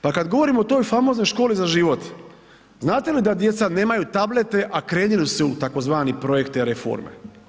Pa kad govorimo o toj famoznoj Školi za život, znate li da djeca nemaju tablete a krenuli su u tzv. projekt te reforme?